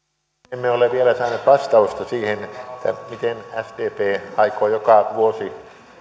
emme ole vielä saaneet vastausta siihen miten sdp aikoo joka vuosi